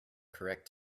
correct